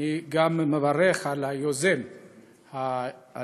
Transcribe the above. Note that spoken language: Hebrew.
אני מברך גם את יוזם הדיונים,